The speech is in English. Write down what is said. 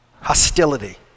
Hostility